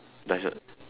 does your